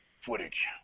footage